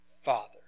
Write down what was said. Father